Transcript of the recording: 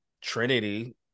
Trinity